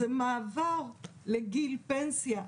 זה מעבר לגיל פנסיה.